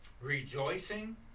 Rejoicing